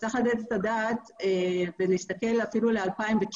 צריך לתת את הדעת ולהסתכל אפילו ל-2019,